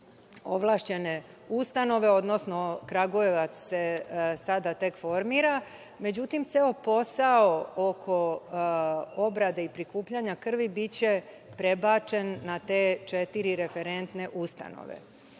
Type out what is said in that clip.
ovlašćene ustanove, odnosno Kragujevac se tek sada formira. Međutim, ceo posao oko obrade i prikupljanja krvi biće prebačen na te četiri referentne ustanove. Prosto